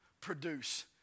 produce